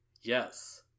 Yes